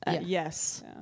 yes